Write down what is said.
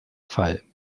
fall